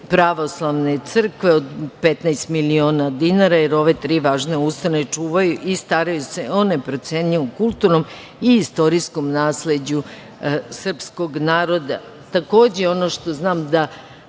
pravoslavne crkve, od 15 miliona dinara, jer ove tri važne ustanove čuvaju i staraju se o neprocenjivom kulturnom i istorijskom nasleđu srpskog naroda. Takođe ono što znam da